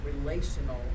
relational